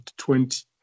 20